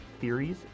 theories